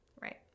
right